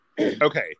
Okay